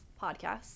podcasts